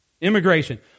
immigration